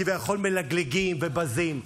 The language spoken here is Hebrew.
כביכול מלגלגים ובזים,